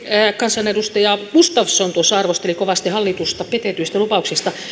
kansanedustaja gustafsson tuossa arvostelivat kovasti hallitusta petetyistä lupauksista